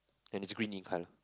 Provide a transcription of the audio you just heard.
and it's green in colour